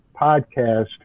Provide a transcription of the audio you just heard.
podcast